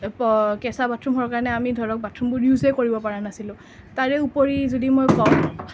প কেঁচা বাথৰুম হোৱাৰ ফলত আমি ধৰক বাথৰুমবোৰ ইউজেই কৰিব পৰা নাছিলোঁ তাৰে উপৰি যদি মই কওঁ